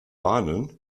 bahnen